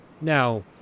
Now